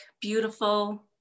beautiful